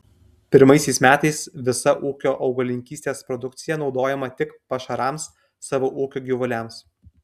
pirmaisiais metais visa ūkio augalininkystės produkcija naudojama tik pašarams savo ūkio gyvuliams